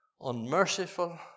unmerciful